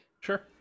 Sure